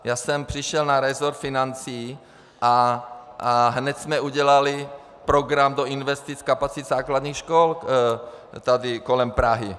Já jsem přišel na resort financí a hned jsme udělali program do investic kapacit základních škol tady kolem Prahy.